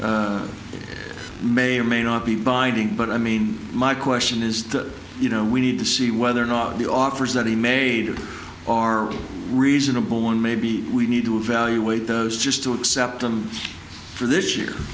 may or may not be binding but i mean my question is that you know we need to see whether or not the offers that he made are reasonable one maybe we need to evaluate those just to accept them for this year